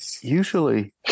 usually